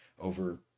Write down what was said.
over